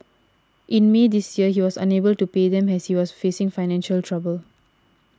in May this year he was unable to pay them as he was facing financial trouble